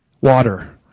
water